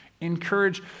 encourage